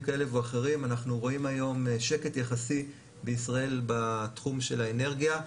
כאלה ואחרים אנחנו רואים היום שקט יחסי בישראל בתחום של האנרגיה.